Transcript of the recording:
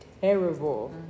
terrible